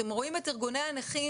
אתם רואים את ארגוני הנכים,